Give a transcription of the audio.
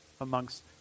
amongst